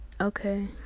okay